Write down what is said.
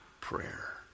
prayer